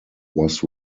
was